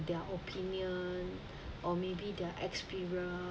their opinion or maybe their experience